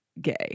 gay